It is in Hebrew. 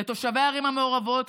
לתושבי הערים המעורבות,